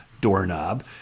doorknob